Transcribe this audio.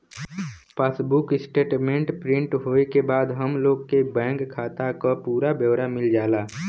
passbook statement print होये के बाद हम लोग के बैंक खाता क पूरा ब्यौरा मिल जाला